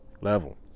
level